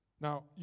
Now